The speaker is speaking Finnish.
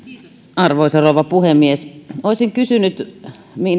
arvoisa rouva puhemies olisin kysynyt